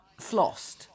flossed